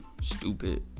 stupid